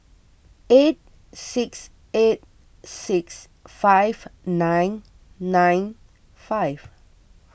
eight six eight six five nine nine five